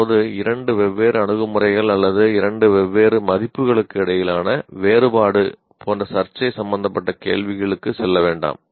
அதாவது இரண்டு வெவ்வேறு அணுகுமுறைகள் அல்லது இரண்டு வெவ்வேறு மதிப்புகளுக்கு இடையிலான வேறுபாடு போன்ற சர்ச்சை சம்பந்தப்பட்ட கேள்விக்கு செல்ல வேண்டாம்